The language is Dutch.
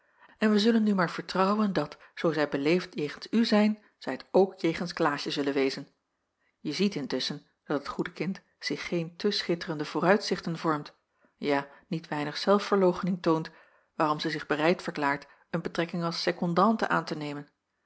en wij zullen nu maar vertrouwen dat zoo zij beleefd jegens u zijn zij het ook jegens klaasje zullen wezen je ziet intusschen dat het goede kind zich geen te schitterende vooruitzichten vormt ja niet weinig zelfverloochening toont waarom zij zich bereid verklaart een betrekking als secondante aan te nemen